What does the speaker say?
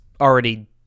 already